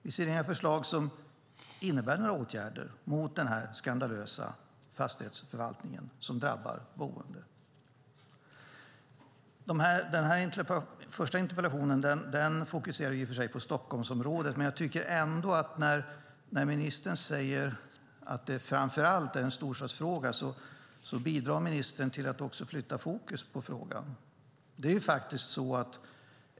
Det finns inga förslag som innehåller åtgärder mot den skandalösa fastighetsförvaltning som drabbar boende. Den ena av dessa två interpellationer fokuserar på Stockholmsområdet, men när ministern säger att det framför allt är en storstadsfråga bidrar han till att flytta fokus i frågan.